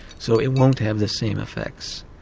so it won't have the same effects.